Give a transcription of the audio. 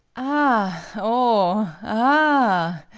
ah oh ah!